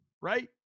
Right